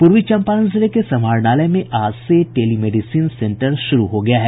पूर्वी चंपारण जिले के समाहरणालय में आज से टेलीमेडिसिन सेंटर शुरू हो गया है